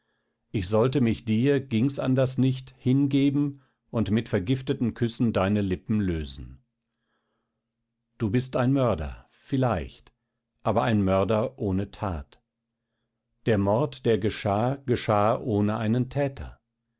ich sollte mich dir ging's anders nicht hingeben und mit vergifteten küssen deine lippen lösen du bist ein mörder vielleicht aber ein mörder ohne tat der mord der geschah geschah ohne einen täter